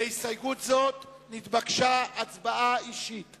מצביע על סעיפים 163 ועד 164 ועד בכלל כנוסח הוועדה.